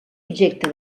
objecte